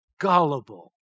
gullible